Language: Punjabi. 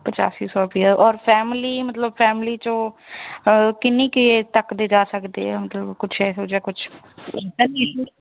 ਪਚਾਸੀ ਸੌ ਰੁਪਈਆ ਔਰ ਫੈਮਲੀ ਮਤਲਬ ਫੈਮਲੀ 'ਚੋਂ ਕਿੰਨੀ ਕੁ ਏਜ਼ ਤੱਕ ਦੇ ਜਾ ਸਕਦੇ ਹਾਂ ਮਤਲਬ ਕੁਛ ਇਹੋ ਜਿਹਾ ਕੁਛ